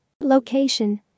Location